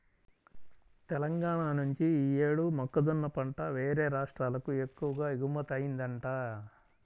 తెలంగాణా నుంచి యీ యేడు మొక్కజొన్న పంట యేరే రాష్ట్రాలకు ఎక్కువగా ఎగుమతయ్యిందంట